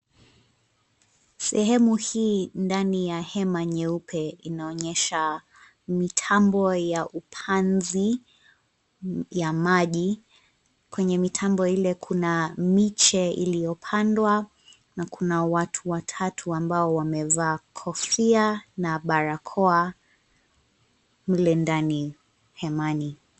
Sehemu hii ndani ya hema nyeupe inaonyesha mitambo ya upanzi ya maji. Kwenye mitambo ile kuna miche iliyopandwa na kuna watu watatu ambao wamevaa kofia na barakoa mle ndani hemani.